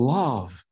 love